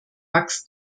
wachs